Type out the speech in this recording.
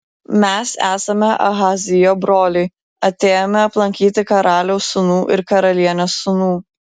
mes esame ahazijo broliai atėjome aplankyti karaliaus sūnų ir karalienės sūnų